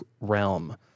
realm